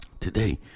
today